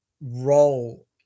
role